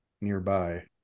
nearby